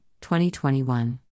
2021